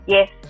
Yes